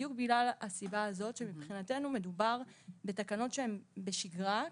בדיוק בגלל הסיבה הזאת שמבחינתנו מדובר בתקנות שהן בשגרה,